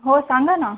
हो सांगा ना